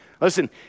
Listen